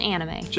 Anime